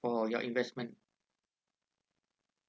for your investment